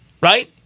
Right